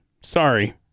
sorry